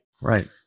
right